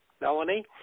Melanie